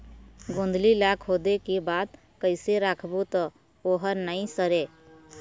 गोंदली ला खोदे के बाद कइसे राखबो त ओहर नई सरे?